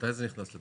מתי זה נכנס לתוקף?